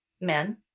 men